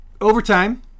overtime